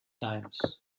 times